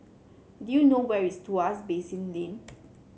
do you know where is Tuas Basin Lane